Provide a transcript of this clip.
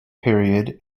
period